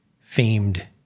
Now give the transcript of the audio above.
famed